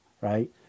right